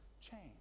change